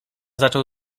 zaczął